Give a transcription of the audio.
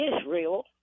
Israel